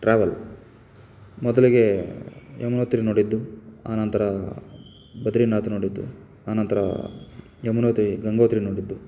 travel ಮೊದ್ಲಿಗೆ ಯಮುನೋತ್ರಿ ನೋಡಿದ್ದು ಆನಂತರ ಬದರೀನಾಥ ನೋಡಿದ್ದು ಆನಂತರ ಯಮುನೋತ್ರಿ ಗಂಗೋತ್ರಿ ನೋಡಿದ್ದು